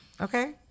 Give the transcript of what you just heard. Okay